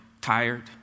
tired